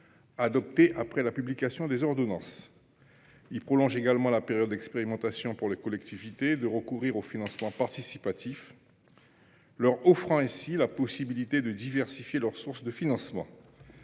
adoptées après la publication des ordonnances. Il a également pour objet de prolonger la période d’expérimentation permettant aux collectivités de recourir au financement participatif, leur offrant ainsi la possibilité de diversifier leurs sources de financement.